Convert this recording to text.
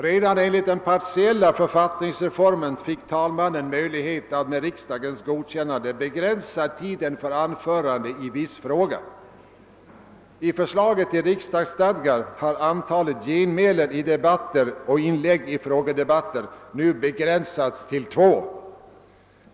Redan enligt den partiella författningsreformen fick emellertid talmannen möjlighet att, med riksdagens godkännande, begränsa tiden för anföranden i viss fråga. I förslaget till riksdagsstadga har antalet genmälen i debatter och inlägg i frågedebatter nu begränsats till två.